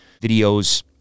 videos